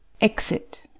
EXIT